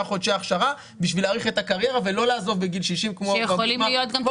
חודשי הכשרה בשביל להאריך את הקריירה ולא לעזוב בגיל 60. הלוואי,